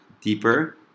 deeper